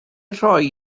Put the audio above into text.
rhoi